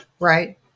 right